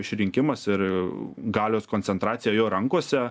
išrinkimas ir galios koncentracija jo rankose